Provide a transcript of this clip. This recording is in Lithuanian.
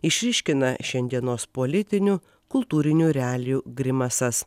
išryškina šiandienos politinių kultūrinių realijų grimasas